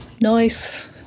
Nice